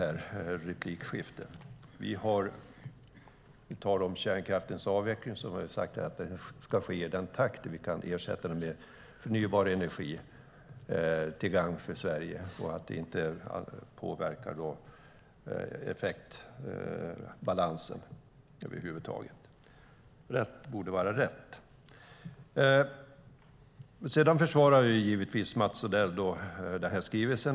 När vi talar om kärnkraftens avveckling har vi sagt att den ska ske i den takt som kärnkraften kan ersättas med förnybar energi till gagn för Sverige så att det inte påverkar effektbalansen över huvud taget. Rätt borde vara rätt. Sedan försvarar Mats Odell givetvis denna skrivelse.